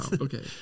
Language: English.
Okay